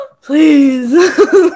please